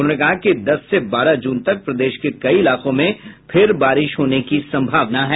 उन्होंने कहा कि दस से बारह जून तक प्रदेश के कई इलाकों में फिर बारिश हो सकती है